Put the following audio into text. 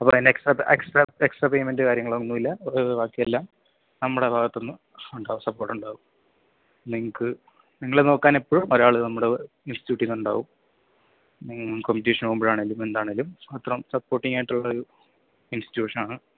അപ്പം അതിന് extra extra extra payment കാര്യങ്ങൾ ഒന്നും ഇല്ല ബാക്കി എല്ലാം നമ്മുടെ ഭാഗത്തുനിന്ന് ഉണ്ടാവും സപ്പോട്ട് ഉണ്ടാവും നിങ്ങൾക്ക് നിങ്ങളെ നോക്കാൻ എപ്പോഴും ഒരാൾ നമ്മുടെ ഇന്സ്റ്റിറ്റ്യൂട്ടിലുണ്ടാവും കോമ്പറ്റീഷന് പോവുമ്പോഴാണെങ്കിലും എന്താണെങ്കിലും അത്തരം സപ്പോട്ടിങ്ങ് ആയിട്ടുള്ളൊരു ഇന്സ്റ്റിറ്റ്യൂഷനാണ്